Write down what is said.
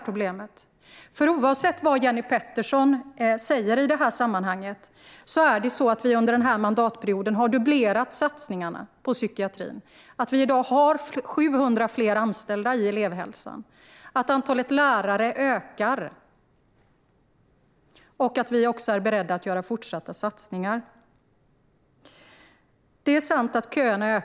Oavsett vad Jenny Petersson säger i detta sammanhang har vi under denna mandatperiod dubblerat satsningarna på psykiatrin. Vi har i dag 700 fler anställda i elevhälsan, och antalet lärare ökar. Vi är också beredda att göra fortsatta satsningar. Det är sant att köerna ökar.